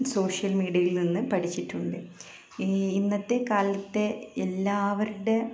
social മീഡിയയിൽ നിന്ന് പഠിച്ചിട്ടുണ്ട് ഈ ഇന്നത്തെക്കാലത്തെ എല്ലാവരുടെ